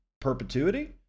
perpetuity